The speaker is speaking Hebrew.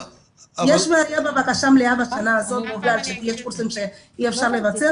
יש בעיה עם בקשה מלאה בשנה הזאת מהעובדה שיש קורסים שאי אפשר לבצע,